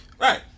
Right